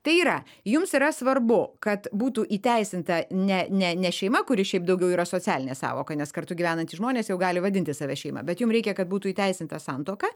tai yra jums yra svarbu kad būtų įteisinta ne ne ne šeima kuri šiaip daugiau yra socialinė sąvoka nes kartu gyvenantys žmonės jau gali vadinti save šeima bet jum reikia kad būtų įteisinta santuoka